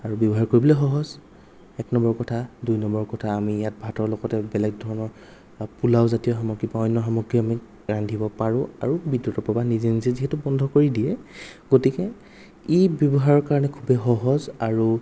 আৰু ব্যৱহাৰ কৰিবলৈ সহজ এক নম্বৰ কথা দুই নম্বৰ কথা আমি ইয়াত ভাতৰ লগতে বেলেগ ধৰণৰ পোলাও জাতীয় সামগ্ৰী বা অন্য সামগ্ৰী আমি ৰান্ধিব পাৰোঁ আৰু বিদ্যুতৰ প্ৰৱাহ নিজে নিজে যিহেতু বন্ধ কৰি দিয়ে গতিকে ই ব্যৱহাৰৰ কাৰণে খুবেই সহজ আৰু